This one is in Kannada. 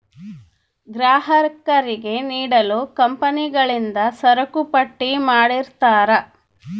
ಗ್ರಾಹಕರಿಗೆ ನೀಡಲು ಕಂಪನಿಗಳಿಂದ ಸರಕುಪಟ್ಟಿ ಮಾಡಿರ್ತರಾ